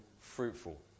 fruitful